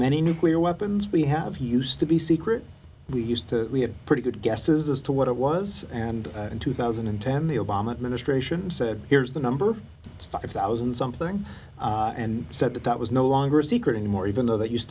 many nuclear weapons we have used to be secret we used to we had pretty good guesses as to what it was and in two thousand and ten the obama administration said here's the number five thousand something and said that that was no longer a secret anymore even though that used